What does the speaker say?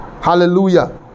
hallelujah